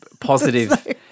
positive